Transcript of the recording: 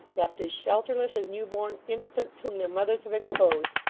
left as shelterless as new-born infants whom their mothers have exposed.